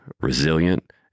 resilient